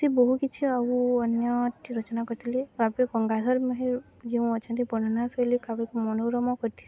ସେ ବହୁ କିଛି ଆଉ ଅନ୍ୟଟି ରଚନା କରିଥିଲେ କବି ଗଙ୍ଗାଧର ମେହେର ଯେଉଁ ମୁଁ ଅଛନ୍ତି ବର୍ଣ୍ଣନା ଶୈଳୀ କବିକୁ ମନୋରମ କରିଥିଲି